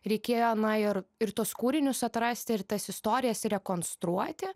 reikėjo na ir ir tuos kūrinius atrasti ir tas istorijas rekonstruoti